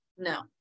No